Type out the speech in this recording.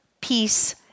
peace